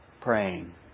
praying